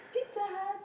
Pizzahut